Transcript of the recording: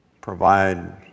provide